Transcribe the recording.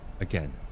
again